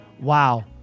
wow